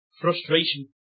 Frustration